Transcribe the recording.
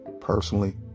Personally